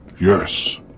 Yes